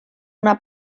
una